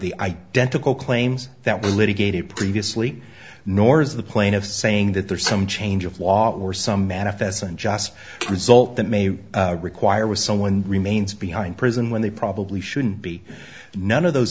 the identical claims that were litigated previously nor is the plain of saying that there is some change of law or some manifests unjust result that may require someone remains behind prison when they probably shouldn't be none of those